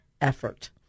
effort